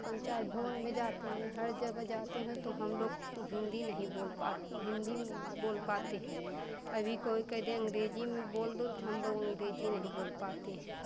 पंचायत भवन में जाते हैं हर जगह जाते हैं तो हम लोग हिन्दी नहीं बोल पाते हिन्दी बोल पाते हैं अभी कोई कह दे अंग्रेज़ी में बोल दो तो हम लोग अंग्रेज़ी नहीं बोल पाते है